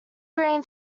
green